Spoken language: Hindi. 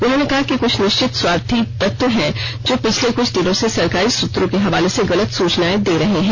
उन्होंने कहा कि कुछ निश्चित स्वार्थी तत्व हैं जो पिछले कुछ दिनों से सरकारी सूत्रों के हवाले से गलत सूचनाएं दे रहे हैं